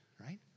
right